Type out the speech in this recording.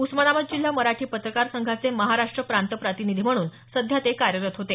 उस्मानाबाद जिल्हा मराठी पत्रकार संघाचे महाराष्ट्र प्रांत प्रतिनिधी म्हणून सध्या ते कार्यरत होते